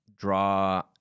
Draw